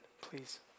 please